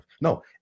No